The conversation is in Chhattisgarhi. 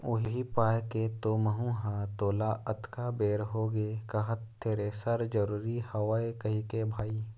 उही पाय के तो महूँ ह तोला अतका बेर होगे कहत थेरेसर जरुरी हवय कहिके भाई